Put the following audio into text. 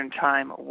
Time